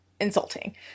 insulting